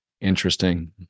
interesting